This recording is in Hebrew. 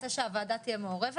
צריך להפנות